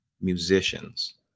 musicians